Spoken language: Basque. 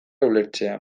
ulertzea